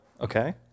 Okay